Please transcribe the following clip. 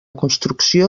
construcció